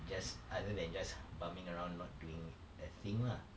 just other than just bumming around not doing a thing lah